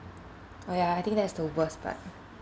oh ya I think that's the worse part